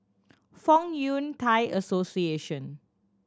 Fong Yun Thai Association